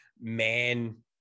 man